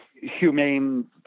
humane